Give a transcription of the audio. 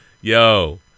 yo